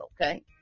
okay